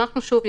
שוב,